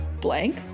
blank